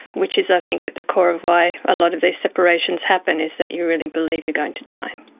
which is i think at the core of why a lot of these separations happen, is that you really believe you're going to die.